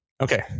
Okay